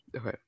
Okay